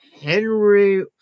Henry